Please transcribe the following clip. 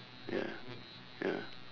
ya ya